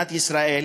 במדינת ישראל,